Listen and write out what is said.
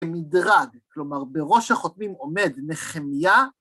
מדרג, כלומר בראש החותמים עומד נחמיה